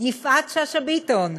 יפעת שאשא ביטון,